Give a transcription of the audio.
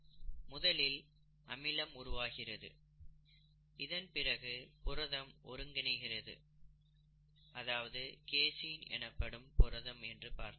முதலில் அமிலம் உருவாகிறது இதன்பிறகு புரதம் ஒருங்கிணைக்கிறது அதாவது கேசீன் எனப்படும் புரதம் என்று பார்த்தோம்